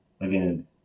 again